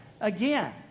again